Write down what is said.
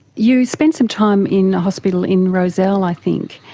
you spend some time in a hospital in rozelle i think,